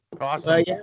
Awesome